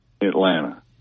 Atlanta